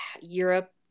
Europe